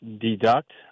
deduct